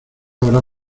habrá